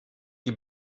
die